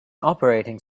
operating